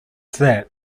that